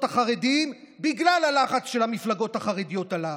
החרדיים בגלל הלחץ של המפלגות החרדיות עליו,